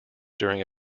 during